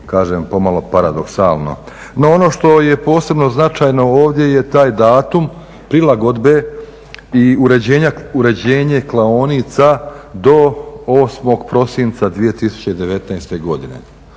kažem pomalo paradoksalno. No, ono što je posebno značajno ovdje je taj datum prilagodbe i uređenje klaonica do 8. prosinca 2019. godine.